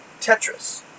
Tetris